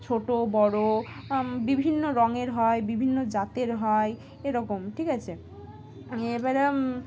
ছোটো বড়ো বিভিন্ন রঙের হয় বিভিন্ন জাতের হয় এরকম ঠিক আছে এবারে